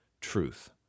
truth